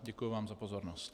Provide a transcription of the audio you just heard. Děkuji vám za pozornost.